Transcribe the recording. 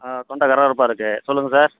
ஆ தொண்ட கரரப்பாக இருக்குது சொல்லுங்கள் சார்